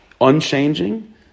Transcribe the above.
unchanging